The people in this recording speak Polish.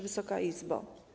Wysoka Izbo!